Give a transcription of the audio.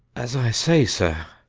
as i say, sir,